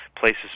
places